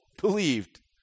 believed